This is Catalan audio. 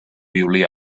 violí